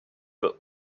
but